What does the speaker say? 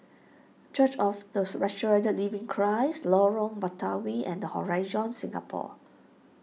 Church of the Resurrected Living Christ Lorong Batawi and Horizon Singapore